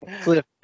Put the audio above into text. Cliff